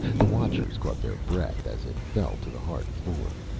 the watchers caught their breath as it fell to the hard floor.